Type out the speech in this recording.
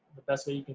the best way you can